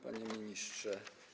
Panie Ministrze!